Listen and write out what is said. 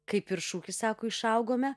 kaip ir šūkis sako išaugome